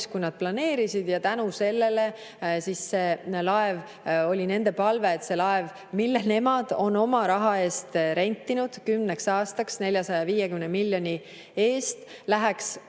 kui nad planeerisid, ja selle tõttu see laev, oli nende palve, mille nemad on oma raha eest rentinud kümneks aastaks, 450 miljoni eest, läheks